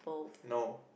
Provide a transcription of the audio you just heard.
no